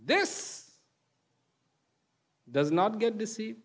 this does not get to see